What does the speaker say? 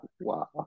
Wow